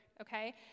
okay